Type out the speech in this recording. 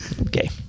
okay